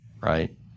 Right